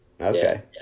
Okay